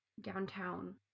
downtown